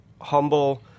humble